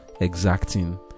exacting